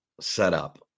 setup